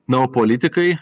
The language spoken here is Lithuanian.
na o politikai